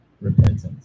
repentance